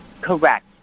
Correct